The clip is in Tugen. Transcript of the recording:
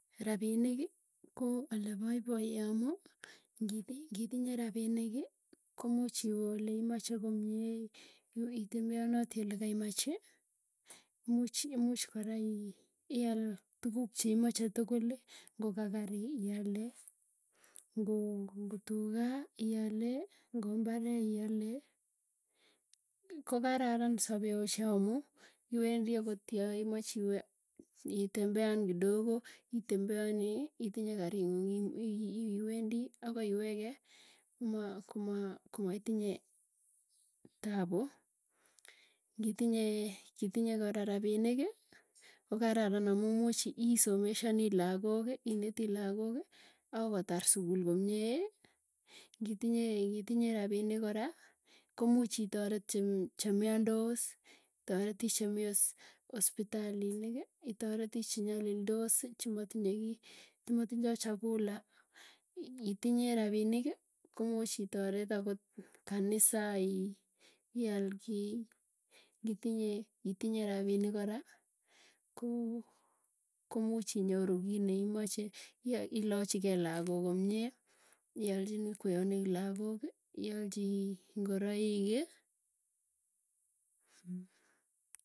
Rapiniki ko ale paipaye amuu, ngitinye rapinikikomuuch iwe oleimache komie, itembeanati olekaimchi, imuuch imuuch koraial tuguk cheimache tukuli ngoka karii iale, ngotuga iale ngo mbaree iale. Ko kararan sapee ochei amuuiwendii akot yoimoche itembean kidogo, itembeanii itinye kari ng'uung iwendi akoiwekee koma koma komaitinye tapu. Ngitinye kora rapiniki, ko kararan amuu muuchii someshanii lagook. Ineti lagooki ako kotar sukul komie. Ngitinye rapiinik kora komuuch itoret chemiandoss itareti chemii hos hospitalinik itareti chenyalildosi chenatinye kiiy chematindo chakula, itinye rapinki komuuch itoret akot kanisa ial kiiy ngitinye itinye, rapinik kora koo komuuch inyoru kiit neimache ilachi keey lagook komie ialchinii kweonik lagooki ialchi ingoroiki.